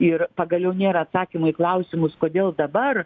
ir pagaliau nėra atsakymo į klausimus kodėl dabar